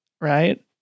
right